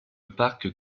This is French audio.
parc